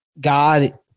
God